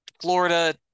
Florida